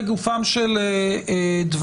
לגופם של דברים.